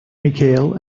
micheal